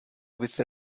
with